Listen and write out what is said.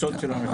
קבוצות של אנשים.